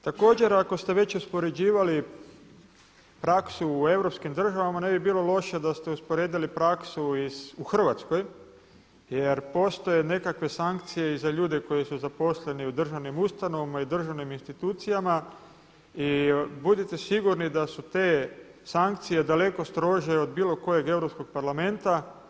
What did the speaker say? Također ako ste već uspoređivali praksu u europskim državama, ne bi bilo loše da ste usporedili praksu u Hrvatskoj jer postoje nekakve sankcije i za ljude koji su zaposleni u državnim ustanovama i državnim institucijama i budite sigurni da su te sankcije daleko strože od bilo kojeg europskog parlamenta.